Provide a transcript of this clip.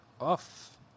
off